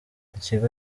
ikigo